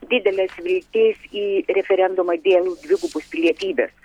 dideles viltis į referendumą dėl dvigubos pilietybės